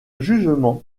jugement